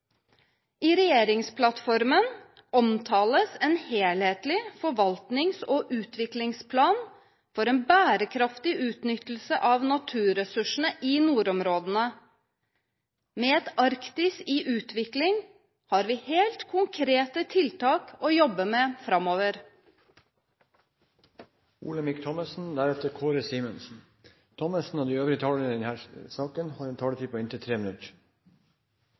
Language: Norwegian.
I regjeringsplattformen omtales en helhetlig forvaltnings- og utviklingsplan for en bærekraftig utnyttelse av naturressursene i nordområdene. Med et Arktis i utvikling har vi helt konkrete tiltak å jobbe med framover.